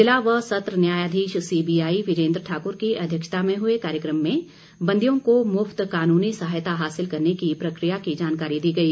जिला व सत्र न्यायाधीश सीबीआई बीरेन्द्र ठाकुर की अध्यक्षता में हुए कार्यक्रम में बंदियों को मुफ्त कानूनी सहायता हासिल करने की प्रक्रिया की जानकारी दी गई